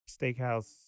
steakhouse